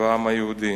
והעם היהודי.